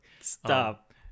Stop